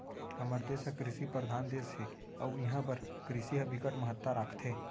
हमर देस ह कृषि परधान देस हे अउ इहां बर कृषि ह बिकट महत्ता राखथे